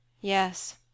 Yes